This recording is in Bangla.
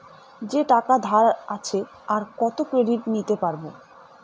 যে টাকা ধার আছে, আর কত ক্রেডিট নিতে পারবো?